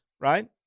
right